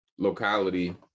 Locality